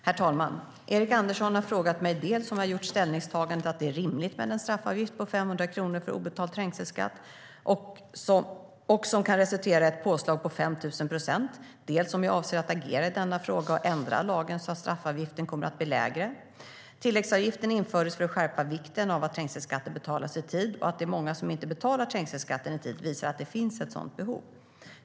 Herr talman! Erik Andersson har frågat mig dels om jag gjort ställningstagandet att det är rimligt med en straffavgift på 500 kronor för obetald trängselskatt som dessutom kan resultera i ett påslag om 5 000 procent, dels om jag avser att agera i denna fråga och ändra lagen så att straffavgiften kommer att bli lägre. Tilläggsavgiften infördes för att inskärpa vikten av att trängselskatten betalas i tid. Att det är många som inte betalar trängselskatten i tid visar att det finns ett sådant behov.